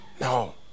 No